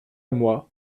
moi